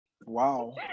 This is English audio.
wow